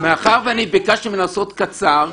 ביקשתי ממנו קצר,